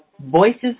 Voices